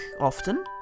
often